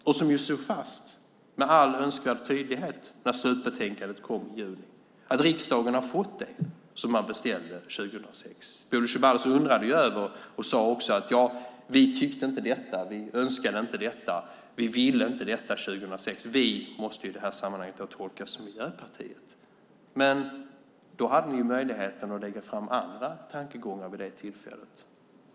Den slår med all önskvärd tydlighet fast - när slutbetänkandet kom i juni - att riksdagen har fått det som man beställde 2006. Bodil Ceballos sade: Vi tyckte inte detta, vi önskade inte detta och vi ville inte detta 2006. Vi måste i det här sammanhanget tolkas som Miljöpartiet. Vid det tillfället hade ni ju möjlighet att lägga fram andra tankegångar.